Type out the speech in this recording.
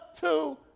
two